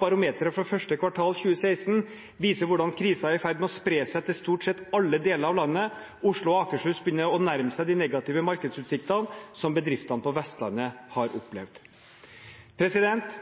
«barometeret fra 1. kvartal 2016, viser hvordan krisen er i ferd med å spre seg til stort sett alle deler av landet. Oslo og Akershus begynner å nærme seg de negative markedsutsiktene som bedriftene på Vestlandet har opplevd.»